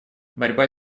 борьба